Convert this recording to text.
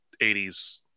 80s